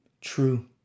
true